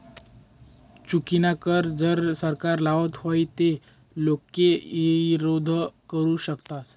चुकीनाकर कर जर सरकार लावत व्हई ते लोके ईरोध करु शकतस